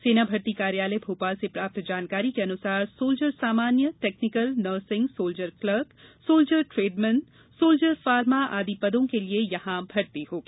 सेना भर्ती कार्यालय भोपाल से प्राप्त जानकारी के अनुसार सोल्जर सामान्य technical nursing soldier clerk soldier tradesmen soldier pharma आदि पदों के लिये यहां भर्ती होगी